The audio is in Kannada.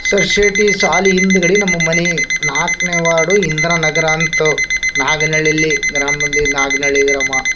ಸೊಸೆಟಿ ಶಾಲಿ ಹಿಂದ್ಗಡಿ ನಮ್ಮ ಮನೆ ನಾಲ್ಕನೇ ವಾರ್ಡು ಇಂದ್ರ ನಗರ ಅಂತು ನಾಗನಹಳ್ಳಿಲ್ಲಿ ಗ್ರಾಮದಲ್ಲಿ ನಾಗನಹಳ್ಳಿ ಗ್ರಾಮ